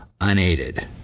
unaided